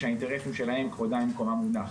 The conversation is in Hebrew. שהאינטרסים שלהם כבודם במקומם מונח.